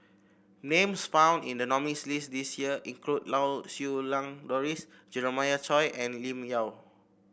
names found in the nominees' list this year include Lau Siew Lang Doris Jeremiah Choy and Lim Yau